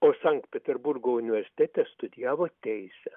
o sankt peterburgo universitete studijavo teisę